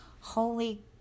holy